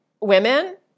women